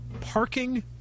parking